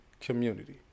Community